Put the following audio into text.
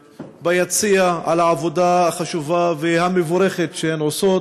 ביציע, על העבודה החשובה והמבורכת שהן עושות.